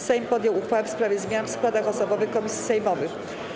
Sejm podjął uchwałę w sprawie zmian w składach osobowych komisji sejmowych.